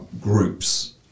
groups